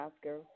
Oscar